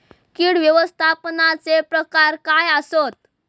कीड व्यवस्थापनाचे प्रकार काय आसत?